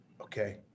Okay